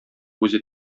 үзе